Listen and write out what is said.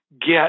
get